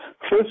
First